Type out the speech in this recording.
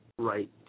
Right